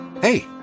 Hey